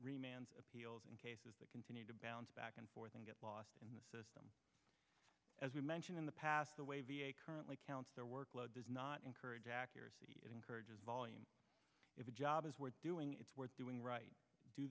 appeals in cases that continue to bounce back and forth and get lost in the system as we mentioned in the past the way v a currently counts their workload does not encourage accuracy it encourages volume if a job is worth doing it's worth doing right do